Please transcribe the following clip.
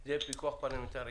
זה יהיה פיקוח פרלמנטרי.